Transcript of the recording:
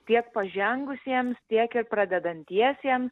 tiek pažengusiems tiek ir pradedantiesiems